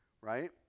right